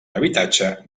habitatge